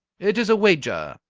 it is a wager!